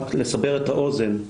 רק לסבר את האוזן,